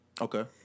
Okay